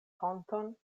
honton